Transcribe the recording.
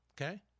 Okay